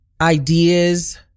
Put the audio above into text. ideas